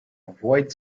avoid